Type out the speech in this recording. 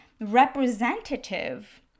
representative